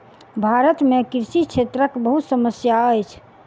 भारत में कृषि क्षेत्रक बहुत समस्या अछि